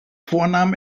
vornamen